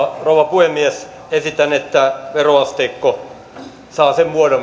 puhemies esitän että veroasteikko saa sen muodon